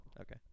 Okay